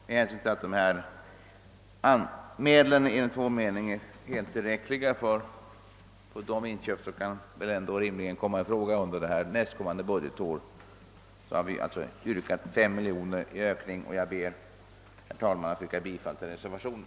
Med hänsyn till att förefintliga medel enligt vår mening är helt tillräckliga för de inköp, som rimligen kan komma i fråga för nästkommande budgetår, har vi yrkat på ett investeringsanslag om enbart 5 miljoner kronor. Jag ber, herr talman, att få yrka bifall till reservationen.